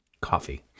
coffee